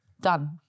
Done